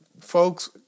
folks